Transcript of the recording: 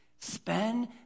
Spend